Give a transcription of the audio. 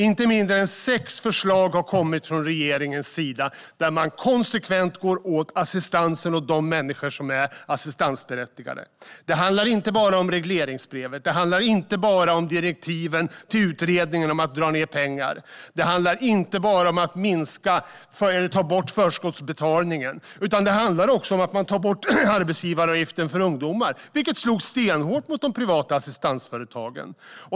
Inte mindre än sex förslag har kommit från regeringen, där man konsekvent går hårt åt assistansen och de människor som är assistansberättigade. Det handlar inte bara om regleringsbrevet. Det handlar inte bara om direktiven till utredningen att dra ned pengar. Det handlar inte bara om att ta bort förskottsbetalningen. Det handlar också om att man tog bort sänkningen av arbetsgivaravgiften för ungdomar, vilket slog stenhårt mot de privata assistansföretagen.